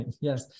yes